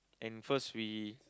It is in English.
and first we